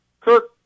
Kirk